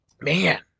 Man